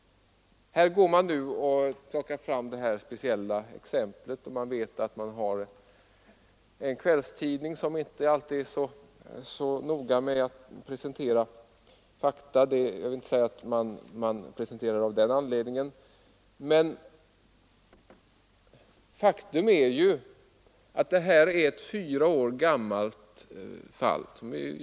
Här plockar man nu fram detta speciella exempel. Man vet att man har en kvällstidning bakom sig som inte alltid är så noga med att presentera fakta — jag vill inte säga att man tar upp fallet just av den anledningen, men faktum är att detta är ett fyra år gammalt fall.